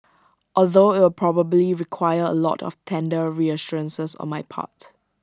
although IT will probably require A lot of tender reassurances on my part